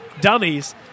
Dummies